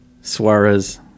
Suarez